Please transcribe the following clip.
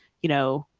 you know,